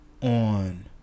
On